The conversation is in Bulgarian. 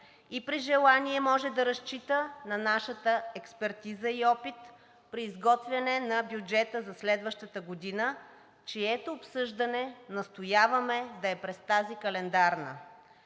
и при желание може да разчита на нашата експертиза и опит при изготвянето на бюджета за следващата година, чието обсъждане настояваме да е през тази календарна.